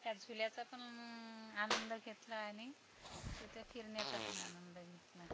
त्या झुल्याचा पण आनंद घेतला आणि तिथे फिरण्याचा पण आनंद घेतला